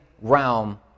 realm